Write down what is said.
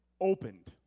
opened